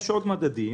יש עוד מדדים,